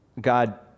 God